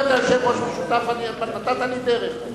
אם אתה יושב-ראש משותף, נתת לי דרך.